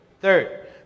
Third